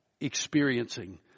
experiencing